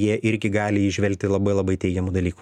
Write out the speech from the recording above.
jie irgi gali įžvelgti labai labai teigiamų dalykų